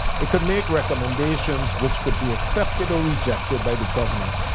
it could make recommendations, which could be accepted or rejected by the governor,